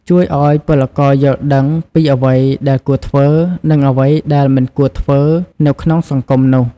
ជួយឱ្យពលករយល់ដឹងពីអ្វីដែលគួរធ្វើ និងអ្វីដែលមិនគួរធ្វើនៅក្នុងសង្គមនោះ។